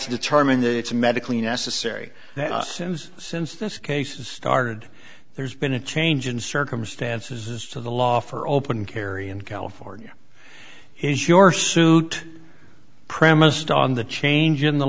to determine that it's medically necessary since this case started there's been a change in circumstances to the law for open carry in california is your suit premised on the change in the